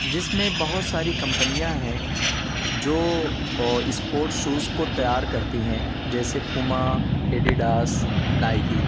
جس میں بہت ساری کمپنیاں ہیں جو اسپوٹ شوز کو تیار کرتی ہیں جیسے پوما ایڈیڈاس نائکی